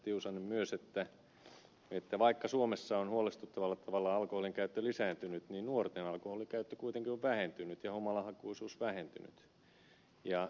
tiusanen myös että vaikka suomessa on huolestuttavalla tavalla alkoholinkäyttö lisääntynyt niin nuorten alkoholinkäyttö kuitenkin on vähentynyt ja humalahakuisuus vähentynyt